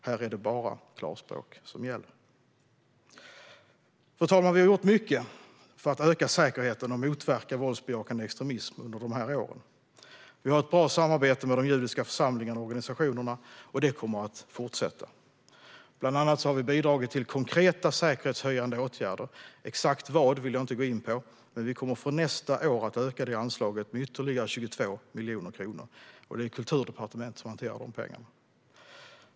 Här är det bara klarspråk som gäller. Fru talman! Vi har gjort mycket för att öka säkerheten och motverka våldsbejakande extremism under dessa år. Vi har ett bra samarbete med de judiska församlingarna och organisationerna, och det kommer att fortsätta. Bland annat har vi bidragit till konkreta säkerhetshöjande åtgärder. Exakt vad vill jag inte gå in på, men vi kommer från nästa år att öka det anslaget med ytterligare 22 miljoner kronor. Det är Kulturdepartementet som hanterar de pengarna.